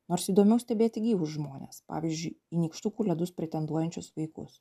nors įdomiau stebėti gyvus žmones pavyzdžiui į nykštukų ledus pretenduojančius vaikus